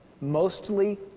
mostly